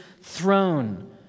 throne